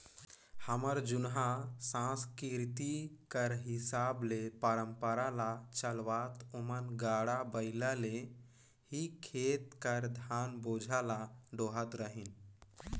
हमर जुनहा संसकिरती कर हिसाब ले परंपरा ल चलावत ओमन गाड़ा बइला ले ही खेत कर धान बोझा ल डोहत रहिन